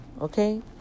Okay